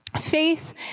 Faith